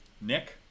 Nick